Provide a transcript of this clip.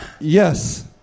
Yes